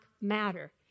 matter